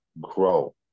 grow